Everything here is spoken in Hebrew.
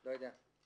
לא יודע.